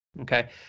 Okay